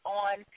on